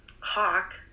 Hawk